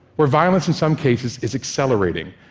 where violence in some cases is accelerating,